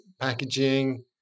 packaging